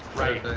right.